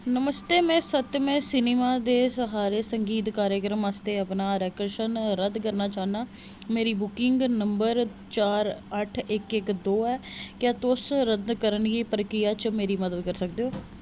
नमस्ते में सत्यम सिनेमा दे स्हारे संगीत कार्यक्रम आस्तै अपना आरक्षण रद्द करना चाह्न्नां मेरी बुकिंग संदर्भ चार अट्ठ इक इक दो ऐ क्या तुस रद्द करने दी प्रक्रिया च मेरी मदद करी सकदे ओ